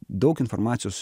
daug informacijos